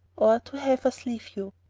or to have us leave you.